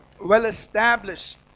well-established